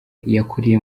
yakuriye